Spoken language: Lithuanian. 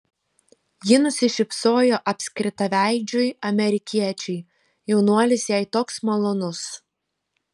ji nusišypsojo apskritaveidžiui amerikiečiui jaunuolis jai toks malonus